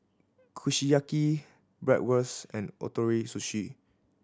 Kushiyaki Bratwurst and Ootoro Sushi